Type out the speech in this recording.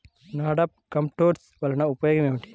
NADEP compost వలన ఉపయోగం ఏమిటి?